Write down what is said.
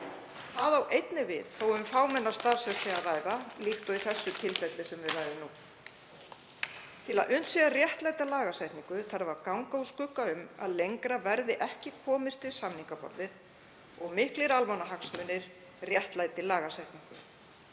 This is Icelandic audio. Það á einnig við þó um fámennar starfsstéttir sé að ræða, líkt og í því tilfelli sem við ræðum nú. Til að unnt sé að réttlæta lagasetningu þarf að ganga úr skugga um að lengra verði ekki komist við samningaborðið og að miklir almannahagsmunir réttlæti lagasetningu.